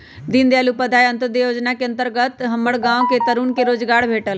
दीनदयाल उपाध्याय अंत्योदय जोजना के अंतर्गत हमर गांव के तरुन के रोजगार भेटल